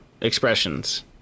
expressions